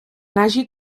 hagi